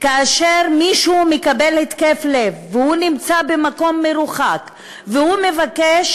כאשר מישהו מקבל התקף לב והוא נמצא במקום מרוחק והוא מבקש